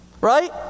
Right